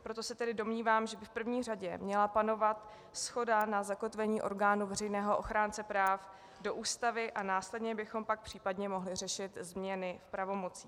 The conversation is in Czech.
Proto se tedy domnívám, že by v první řadě měla panovat shoda na zakotvení orgánu veřejného ochránce práv do Ústavy a následně bychom pak případně mohli řešit změny pravomocí.